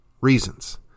reasons